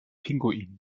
pinguin